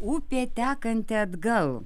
upė tekanti atgal